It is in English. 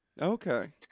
Okay